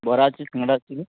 ବରା ଅଛି ସିଙ୍ଗଡ଼ା ଅଛି କି